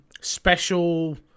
special